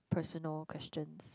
personal questions